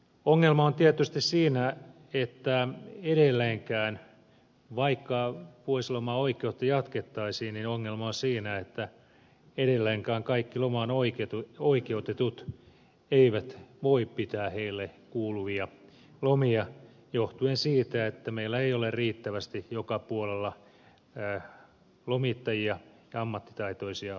ongelma on tietysti siinä että edelleenkään vaikka vuosilomaoikeutta jatkettaisiinin ongelma on siinä että jatkettaisiin kaikki lomaan oikeutetut eivät voi pitää heille kuuluvia lomia johtuen siitä että meillä ei ole riittävästi joka puolella lomittajia ammattitaitoisia lomittajia